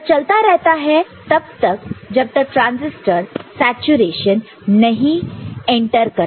यह चलता रहता है तब तक जब तक ट्रांसिस्टर सैचुरेशन नहीं एंटर करता